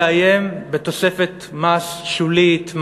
לאיים בתוספת מס שולית,